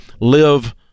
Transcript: live